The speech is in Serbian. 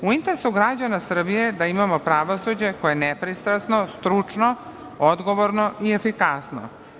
U interesu građana Srbije je da imamo pravosuđe koje je nepristrasno, stručno, odgovorno i efikasno.